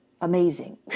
amazing